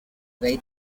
weigh